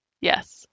yes